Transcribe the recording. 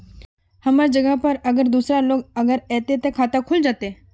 हमर जगह पर अगर दूसरा लोग अगर ऐते ते खाता खुल जते?